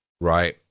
right